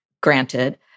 granted